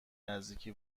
نزدیکی